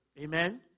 Amen